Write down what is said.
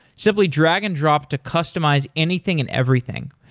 simply drag and drop to customize anything and everything.